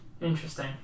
Interesting